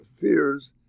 fears